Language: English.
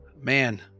man